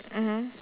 mmhmm